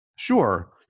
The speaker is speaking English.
Sure